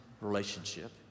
relationship